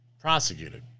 prosecuted